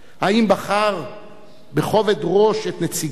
האם בחר בכובד ראש את נציגיו?